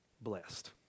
blessed